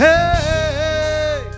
Hey